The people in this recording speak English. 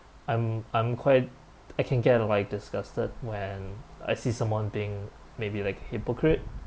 I'm I'm quite I can get like disgusted when I see someone being maybe like hypocrite